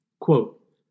Quote